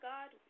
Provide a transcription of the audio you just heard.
God